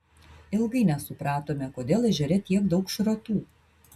ilgai nesupratome kodėl ežere tiek daug šratų